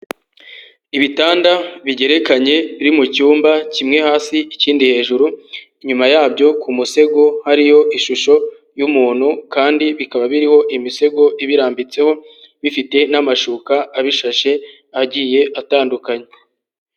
Ibitanda bigekanye biri mu cyumba kimwe hasi ikindi hejuru, inyuma yabyo ku musego hari ishusho y'umuntu kandi bikaba biriho imisego ibirambitseho bifite n'amashuka abishashe agiye atandukanye.